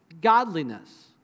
godliness